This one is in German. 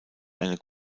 eine